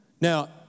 Now